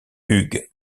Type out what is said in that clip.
hugh